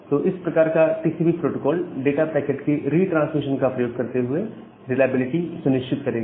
तो इस प्रकार का टीसीपी प्रोटोकोल डाटा पैकेट के रिट्रांसमिशन का प्रयोग करते हुए रिलायबिलिटी सुनिश्चित करेगा